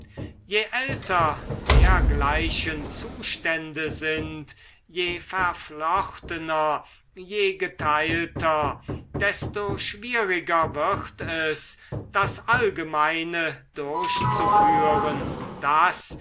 je älter dergleichen zustände sind je verflochtener je geteilter desto schwieriger wird es das allgemeine durchzuführen das